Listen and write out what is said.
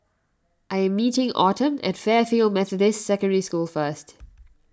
I am meeting Autumn at Fairfield Methodist Secondary School first